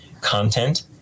content